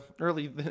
early